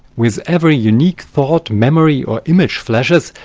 with every unique thought, memory, or image-flashes,